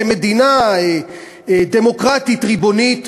כמדינה דמוקרטית ריבונית,